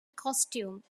costume